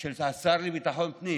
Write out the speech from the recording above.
של השר לביטחון פנים